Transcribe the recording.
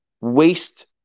waste